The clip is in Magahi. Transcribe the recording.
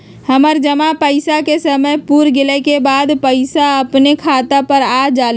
हमर जमा पैसा के समय पुर गेल के बाद पैसा अपने खाता पर आ जाले?